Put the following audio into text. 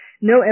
No